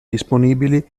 disponibili